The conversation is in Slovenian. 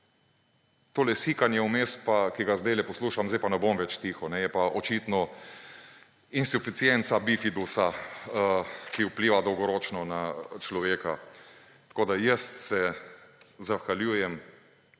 Tole sikanje vmes pa, ki ga zdajle poslušam, zdaj pa ne bom več tiho, je pa očitno insuficienca bifidusa, ki vpliva dolgoročno na človeka. Zahvaljujem